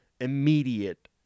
immediate